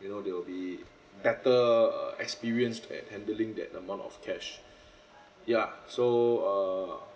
you know they will be better uh experienced at handling that amount of cash ya so err